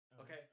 Okay